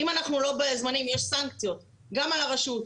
אם אנחנו לא בזמנים יש סנקציות גם על הרשות,